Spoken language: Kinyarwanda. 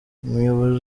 umuyobozi